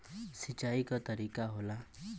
सिंचाई क तरीका होला